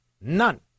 None